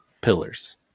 pillars